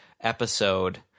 episode